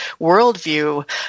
worldview